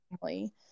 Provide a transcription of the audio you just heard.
family